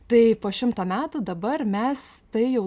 tai po šimto metų dabar mes tai jau